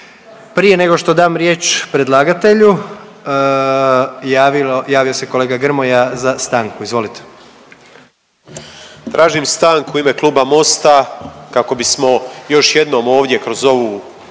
Prije nego što dam riječ predlagatelju javio se kolega Grmoja za stanku. Izvolite. **Grmoja, Nikola (MOST)** Tražim stanku u ime kluba MOST-a kako bismo još jednom ovdje kroz ovu